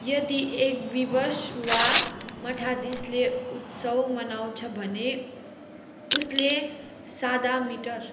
यदि एक विवश वा मठाधीशले उत्सव मनाउँछ भने उसले सादा मिटर